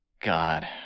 God